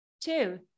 two